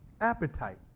appetite